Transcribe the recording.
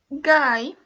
guy